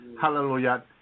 hallelujah